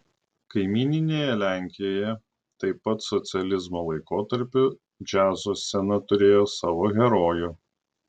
kaimyninėje lenkijoje taip pat socializmo laikotarpiu džiazo scena turėjo savo herojų